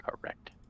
Correct